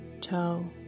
toe